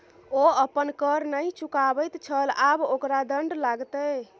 ओ अपन कर नहि चुकाबैत छल आब ओकरा दण्ड लागतै